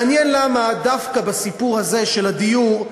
מעניין למה דווקא בסיפור הזה של הדיור,